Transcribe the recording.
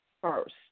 first